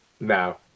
No